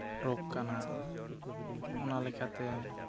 ᱨᱳᱜᱽ ᱠᱟᱱᱟ ᱚᱱᱟᱞᱮᱠᱟᱛᱮ